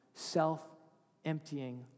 self-emptying